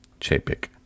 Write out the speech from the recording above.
Chapik